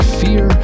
fear